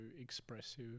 expressive